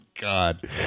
god